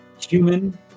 human